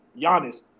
Giannis